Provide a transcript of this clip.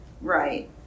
Right